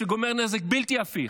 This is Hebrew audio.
שגורם נזק בלתי הפיך.